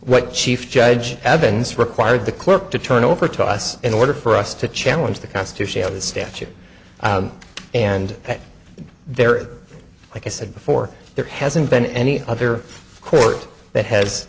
what chief judge evans required the clerk to turn over to us in order for us to challenge the constitution of the statute and they're like i said before there hasn't been any other court that has